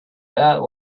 that